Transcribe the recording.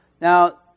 Now